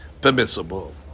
permissible